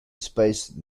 spaced